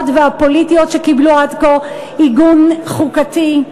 והפוליטיות שקיבלו עד כה עיגון חוקתי?